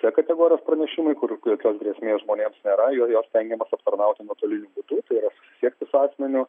c kategorijos pranešimai kur jokios grėsmės žmonėms nėra jau juos stengiamės aptarnauti nuotoliniu būdu tai yra susiekti su asmeniu